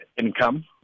income